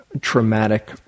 traumatic